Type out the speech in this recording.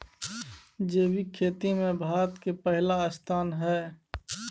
जैविक खेती में भारत के पहिला स्थान हय